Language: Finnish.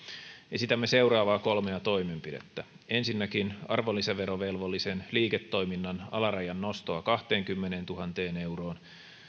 esitämme seuraavia kolmea toimenpidettä ensinnäkin arvonlisäverovelvollisen liiketoiminnan alarajan nostoa kahteenkymmeneentuhanteen euroon